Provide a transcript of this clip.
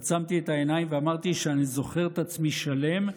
עצמתי את העיניים ואמרתי שאני זוכר את עצמי שלם,